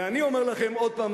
ואני אומר לכם עוד פעם,